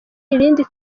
irindi